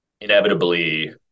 inevitably